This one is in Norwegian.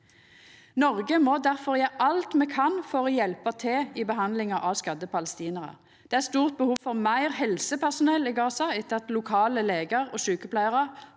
Noreg må difor gjera alt me kan for å hjelpa til i behandlinga av skadde palestinarar. Det er eit stort behov for meir helsepersonell i Gaza, etter at lokale legar og sjukepleiarar